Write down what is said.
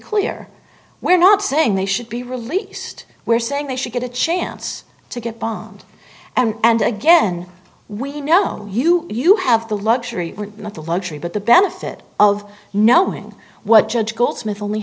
clear we're not saying they should be released we're saying they should get a chance to get bombed and again we know you you have the luxury not the luxury but the benefit of knowing what judge goldsmith only